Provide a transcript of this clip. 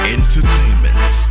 Entertainment